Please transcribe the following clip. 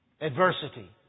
Adversity